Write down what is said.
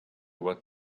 what